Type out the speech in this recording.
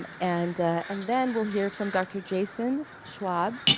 um and and then we'll hear from dr. jason schwalb,